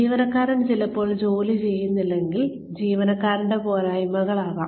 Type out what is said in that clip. ജീവനക്കാരൻ ചിലപ്പോൾ ജോലി ചെയ്യുന്നില്ലെങ്കിൽ ജീവനക്കാരന്റെ പോരായ്മകളാകാം